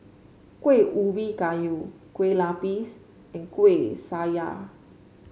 Kueh Ubi Kayu Kueh Lapis and Kuih Syara